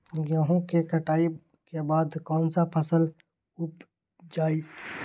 गेंहू के कटाई के बाद कौन सा फसल उप जाए?